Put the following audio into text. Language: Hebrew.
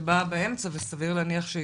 שבאה באמצע וסביר להניח,